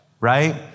right